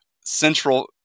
central